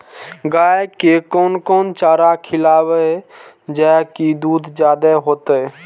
गाय के कोन कोन चारा खिलाबे जा की दूध जादे होते?